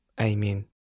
Amen